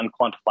unquantifiable